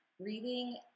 Breathing